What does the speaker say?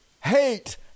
Hate